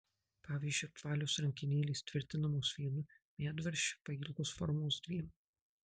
pavyzdžiui apvalios rankenėlės tvirtinamos vienu medvaržčiu pailgos formos dviem